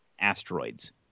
asteroids